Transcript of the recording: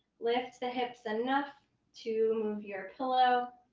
lift the hips enough to remove your pillow.